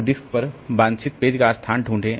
तो डिस्क पर वांछित पेज का स्थान ढूंढें